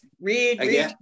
Read